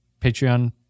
Patreon